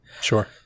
sure